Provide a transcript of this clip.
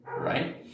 right